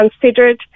considered